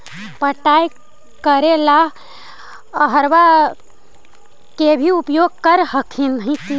पटाय करे ला अहर्बा के भी उपयोग कर हखिन की?